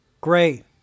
great